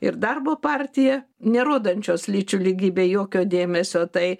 ir darbo partija nerodančios lyčių lygybei jokio dėmesio tai